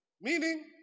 Meaning